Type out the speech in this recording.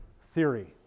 theory